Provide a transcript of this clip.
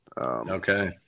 Okay